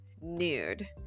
nude